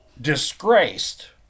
disgraced